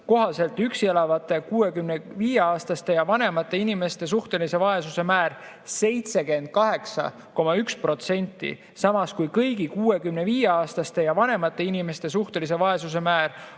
aastal üksi elavate 65‑aastaste ja vanemate inimeste suhtelise vaesuse määr 78,1%, samas kui kõigi 65‑aastaste ja vanemate inimeste suhtelise vaesuse määr